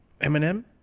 Eminem